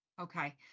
Okay